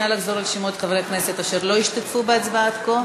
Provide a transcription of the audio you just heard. נא לחזור על שמות חברי הכנסת אשר לא השתתפו בהצבעה עד כה.